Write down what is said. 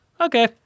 okay